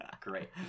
Great